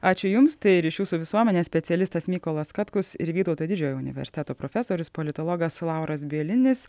ačiū jums tai ryšių su visuomene specialistas mykolas katkus ir vytauto didžiojo universiteto profesorius politologas lauras bielinis